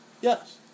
Yes